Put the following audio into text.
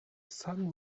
sun